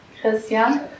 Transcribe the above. Christian